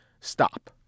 Stop